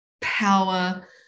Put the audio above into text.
power